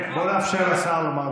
בואו נאפשר לשר לענות.